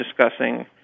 discussing